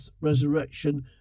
resurrection